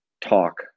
talk